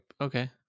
okay